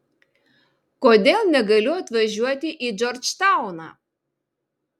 kodėl negaliu atvažiuoti į džordžtauną